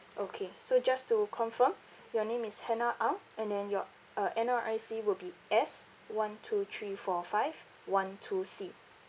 okay so just to confirm your name is hannah ang and then your uh N_R_I_C will be S one two three four five one two C